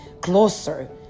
closer